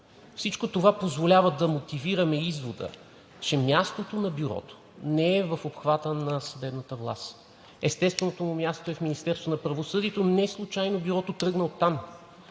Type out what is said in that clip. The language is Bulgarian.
Всичко това позволява да мотивираме извода, че мястото на Бюрото не е в обхвата на съдебната власт. Естественото му място е в Министерството на правосъдието, неслучайно Бюрото тръгна оттам.